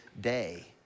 day